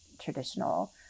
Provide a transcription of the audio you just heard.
traditional